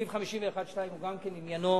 סעיף 51(2), גם כן עניינו